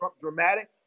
dramatic